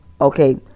Okay